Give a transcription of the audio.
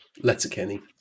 Letterkenny